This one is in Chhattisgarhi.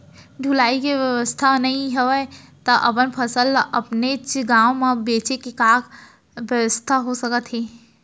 ढुलाई के बेवस्था नई हवय ता अपन फसल ला अपनेच गांव मा बेचे के का बेवस्था हो सकत हे?